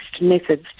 methods